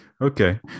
Okay